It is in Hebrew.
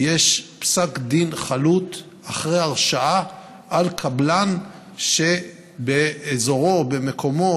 יש פסק דין חלוט אחרי הרשעה של קבלן שבאזורו או במקומו